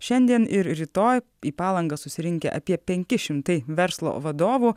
šiandien ir rytoj į palangą susirinkę apie penki šimtai verslo vadovų